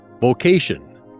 vocation